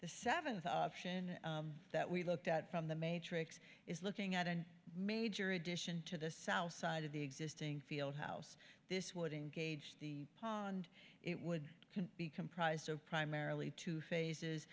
the seventh option that we looked at from the matrix is looking at and major addition to the south side of the existing fieldhouse this would engage the pond it would be comprised of primarily two phases